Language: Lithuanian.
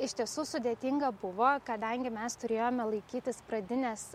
iš tiesų sudėtinga buvo kadangi mes turėjome laikytis pradinės